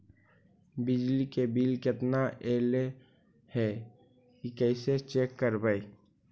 बिजली के बिल केतना ऐले हे इ कैसे चेक करबइ?